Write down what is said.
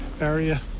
area